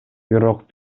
бирок